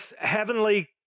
heavenly